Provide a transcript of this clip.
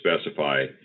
specify